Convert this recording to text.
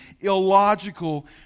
illogical